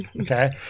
Okay